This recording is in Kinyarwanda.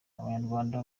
abanyarwanda